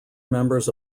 members